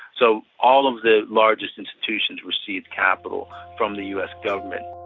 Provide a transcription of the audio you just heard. so all of the largest institutions received capital from the us government.